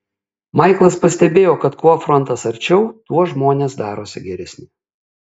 maiklas pastebėjo kad kuo frontas arčiau tuo žmonės darosi geresni